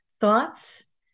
thoughts